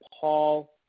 Paul